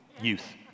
youth